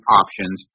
options